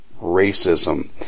racism